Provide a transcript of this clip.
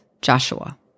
Joshua